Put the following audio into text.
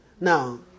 now